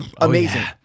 Amazing